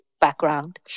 background